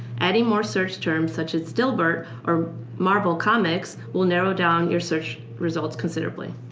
adding more search terms such as dilbert or marvel comics will narrow down your search results considerably.